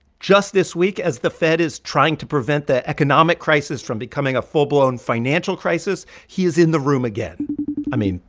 just this week, as the fed is trying to prevent the economic crisis from becoming a full-blown financial crisis, he is in the room again i mean,